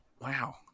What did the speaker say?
Wow